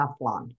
Teflon